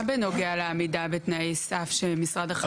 מה בנוגע לעמידה בתנאי הסף, של משרד החקלאות?